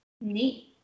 Neat